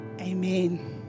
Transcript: amen